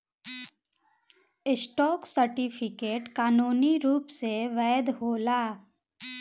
stock certificate कानूनी रूप से वैध होला